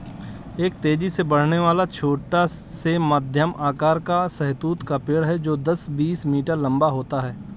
एक तेजी से बढ़ने वाला, छोटा से मध्यम आकार का शहतूत का पेड़ है जो दस, बीस मीटर लंबा होता है